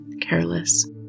careless